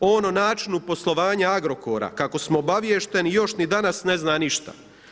On o načinu poslovanja Agrokora, kako smo obaviješteni još ni danas ne zna ništa.